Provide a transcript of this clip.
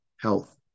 health